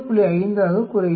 5 ஆக குறைகிறது